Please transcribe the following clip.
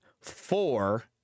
four